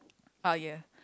ah ya